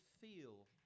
feel